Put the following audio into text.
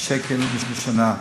שקל בשנה.